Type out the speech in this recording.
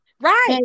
Right